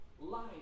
life